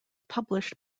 published